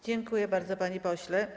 Dziękuję bardzo, panie pośle.